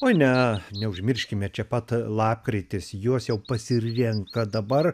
o ne neužmirškime čia pat lapkritis juos jau pasiims vien kad dabar